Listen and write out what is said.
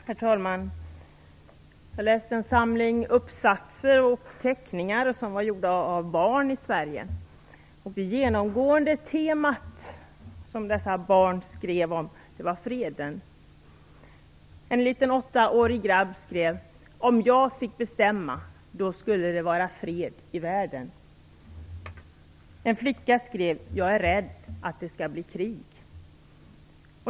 Herr talman! Jag såg en samling uppsatser och teckningar som var gjorda av barn i Sverige. Det genomgående temat var freden. En liten åttaårig grabb skrev: Om jag fick bestämma då skulle det vara fred i världen. En flicka skrev: Jag är rädd att det skall bli krig.